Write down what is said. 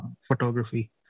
photography